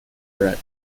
red